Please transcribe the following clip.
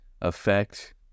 effect